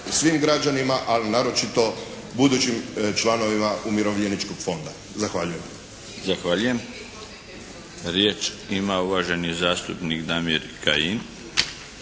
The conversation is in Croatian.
svim građanima, a naročito budućim članovima umirovljeničkog fonda. Zahvaljujem. **Milinović, Darko (HDZ)** Zahvaljujem. Riječ ima uvaženi zastupnik Damir Kajin.